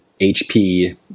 HP